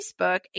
Facebook